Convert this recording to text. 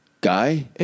guy